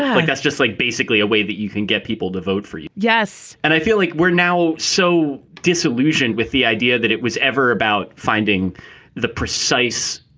um like that's just like basically a way that you can get people to vote for you. yes. and i feel like we're now so disillusioned with the idea that it was ever about finding the precise,